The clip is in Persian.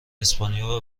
اسپانیا